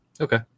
Okay